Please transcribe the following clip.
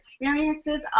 experiences